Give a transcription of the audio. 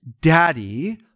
Daddy